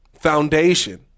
Foundation